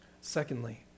Secondly